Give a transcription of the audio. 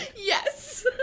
yes